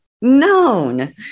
known